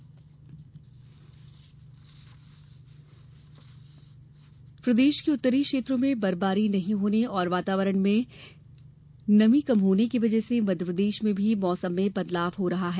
मौसम देश के उत्तरी क्षेत्रों में बर्फबारी नहीं होने और वातावरण में नमी कम होने की वजह से मध्यप्रदेश में भी मौसम में बदलाव हो रहा है